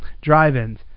drive-ins